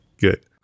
Good